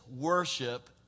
worship